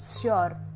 sure